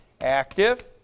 Active